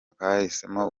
twahisemo